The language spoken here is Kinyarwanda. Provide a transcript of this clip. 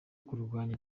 kurwanya